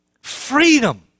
freedom